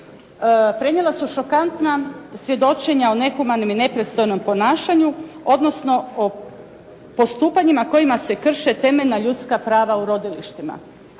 prenijela su šokantna svjedočenja o nehumanom i nepristojnom ponašanju, odnosno o postupanjima kojima se krše temeljna ljudska prava u rodilištima.